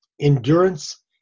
endurance